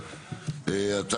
מדברים